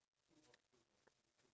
animals